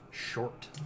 short